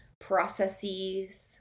processes